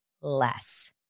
less